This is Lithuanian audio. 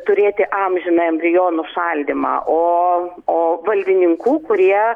turėti amžiną embrionų šaldymą o o valdininkų kurie